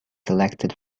selected